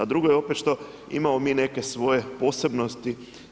A drugo je opet što imamo mi neke svoje posebnosti.